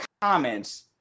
comments